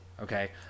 okay